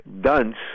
dunce